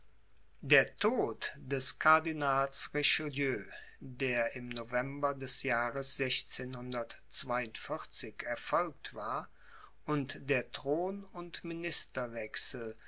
der tod des cardinals richelieu der im november des jahres erfolgt war und der thronund